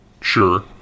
sure